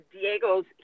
Diego's